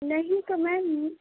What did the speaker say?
نہیں تو میم